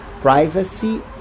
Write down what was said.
privacy